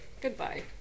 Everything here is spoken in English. Goodbye